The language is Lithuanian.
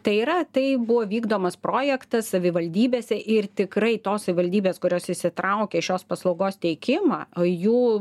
tai yra tai buvo vykdomas projektas savivaldybėse ir tikrai tos savivaldybės kurios įsitraukia į šios paslaugos teikimą jų